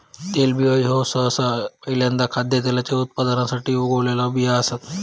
तेलबियो ह्यो सहसा पहील्यांदा खाद्यतेलाच्या उत्पादनासाठी उगवलेला बियो असतत